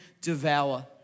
devour